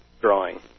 drawing